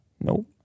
nope